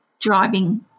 driving